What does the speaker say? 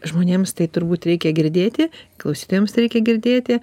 žmonėms tai turbūt reikia girdėti klausytojams tai reikia girdėti